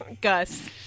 Gus